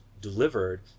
delivered